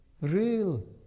real